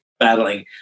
battling